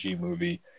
movie